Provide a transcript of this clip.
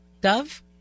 Dove